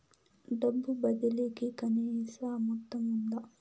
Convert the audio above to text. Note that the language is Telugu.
డబ్బు బదిలీ కి కనీస మొత్తం ఉందా?